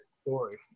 story